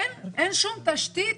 אין שום תשתית